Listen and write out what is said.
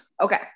Okay